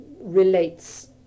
relates